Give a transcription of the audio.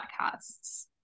podcasts